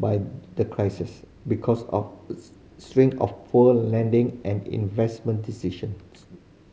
by the crisis because of string of poor lending and investment decisions